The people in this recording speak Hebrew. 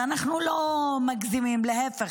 ואנחנו לא מגזימים, להפך.